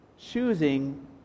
choosing